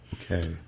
Okay